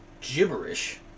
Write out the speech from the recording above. gibberish